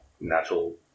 natural